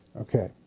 Okay